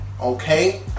Okay